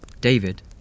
David